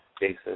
basis